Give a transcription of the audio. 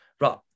right